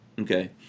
Okay